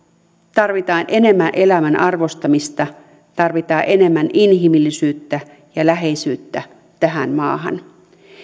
tarvitaan enemmän elämän arvostamista tarvitaan enemmän inhimillisyyttä ja läheisyyttä tähän maahan